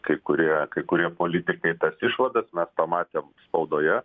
kai kurie kai kurie politikai tas išvadas mes pamatėm spaudoje